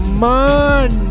man